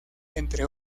entre